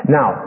Now